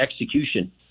execution